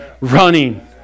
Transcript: running